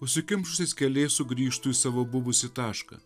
užsikimšusiais keliais sugrįžtų į savo buvusį tašką